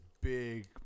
big